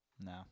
No